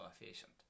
efficient